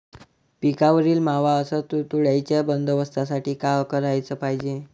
पिकावरील मावा अस तुडतुड्याइच्या बंदोबस्तासाठी का कराच पायजे?